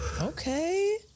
okay